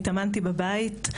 התאמנתי בבית,